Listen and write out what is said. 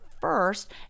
first